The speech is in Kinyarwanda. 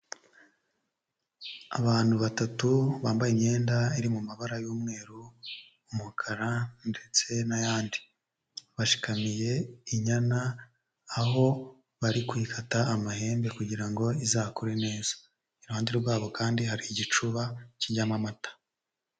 Abantu batatu bambaye imyenda iri mu mabara y'umweru, umukara ndetse n'ayandi, bashikamiye inyana, aho bari kwikata amahembe kugira ngo izakure neza, iruhande rwabo kandi hari igicuba kijyamo amata.